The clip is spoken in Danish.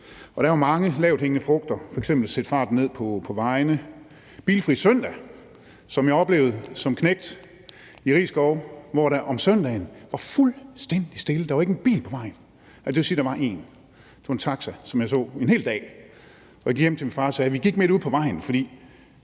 er jo mange lavthængende frugter, f.eks. at sætte farten ned på vejene eller lave bilfri søndage, som jeg oplevede som knægt i Risskov, hvor der om søndagen var fuldstændig stille. Der var ikke en bil på vejen, eller det vil sige, at der var én – det var en taxa – som jeg så, på en hel dag. Og jeg gik hjem til min far og sagde: Vi gik midt ude på vejen, for